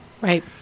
Right